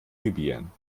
libyen